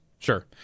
Sure